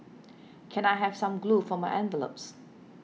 can I have some glue for my envelopes